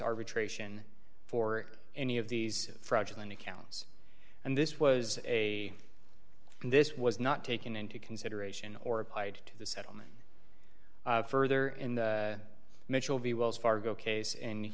arbitration for any of these fraudulent accounts and this was a this was not taken into consideration or applied to the settlement further in the mitchell v wells fargo case in